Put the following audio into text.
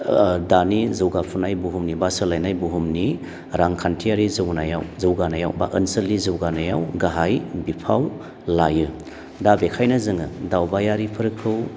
ओ दानि जौगाफुनाय बुहुमनि बा सोलायनाय बुहुमनि रांखान्थियारि जौनायाव जौगानायाव बा ओनसोलनि जौगानायाव गाहाय बिफाव लायो दा बेखायनो जोङो दावबायारिफोरखौ